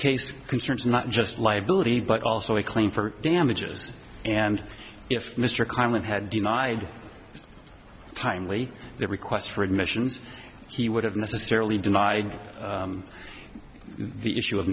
case concerns not just liability but also a claim for damages and if mr carlin had denied timely requests for admissions he would have necessarily denied the issue of